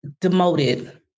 demoted